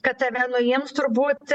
kad tave nuims turbūt